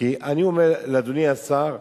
כי אני אומר לאדוני השר,